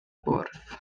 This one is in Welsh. bwrdd